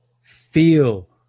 Feel